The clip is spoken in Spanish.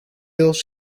dos